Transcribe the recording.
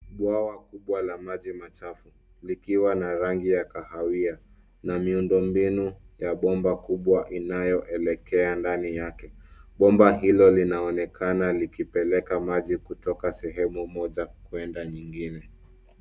Bwawa kubwa la maji machafu likiwa na rangi ya kahawia na miundombinu ya bomba kubwa inayo elekea ndani yake. Bomba hilo linaonekana likipeleka maji kutoka sehemu moja kuenda nyingine.